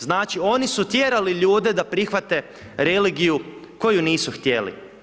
Znači oni su tjerali ljude da prihvate religiju koju nisu htjeli.